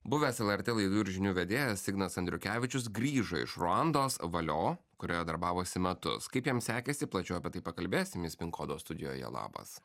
buvęs lrt laidų ir žinių vedėjas ignas andriukevičius grįžo iš ruandos valio kurioje darbavosi metus kaip jam sekėsi plačiau apie tai pakalbėsim jis pin kodo studijoje labas